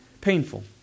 painful